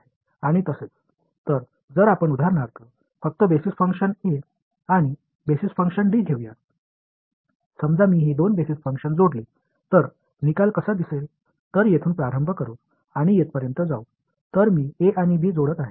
எனவே எடுத்துக்காட்டாக இருந்தால் அடிப்படை செயல்பாட்டை a மற்றும் அடிப்படை செயல்பாட்டைb எடுத்துக்கொள்வோம் இந்த இரண்டு அடிப்படை செயல்பாடுகளை நான் சேர்ப்பதாக வைப்பதன் விளைவாக முடிவு எப்படி இருக்கும்